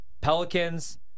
Pelicans